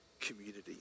community